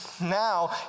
now